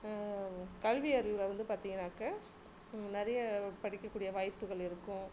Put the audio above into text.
கல்வியறிவில் வந்து பார்த்திங்கனாக்க நிறைய படிக்கக்கூடிய வாய்ப்புகள் இருக்கும்